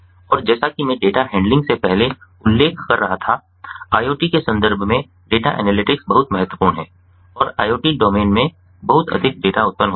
और जैसा कि मैं डेटा हैंडलिंग से पहले उल्लेख कर रहा था IoT के संदर्भ में डेटा एनालिटिक्स बहुत महत्वपूर्ण हैं क्योंकि IoT डोमेन में बहुत अधिक डेटा उत्पन्न होता है